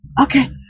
Okay